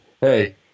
hey